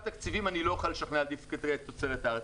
אני לא אוכל לשכנע את אגף תקציבים להעדיף תוצרת הארץ,